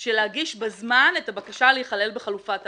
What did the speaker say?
של להגיש בזמן את הבקשה להיכלל בחלופת האגודה.